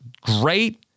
great